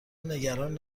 نگران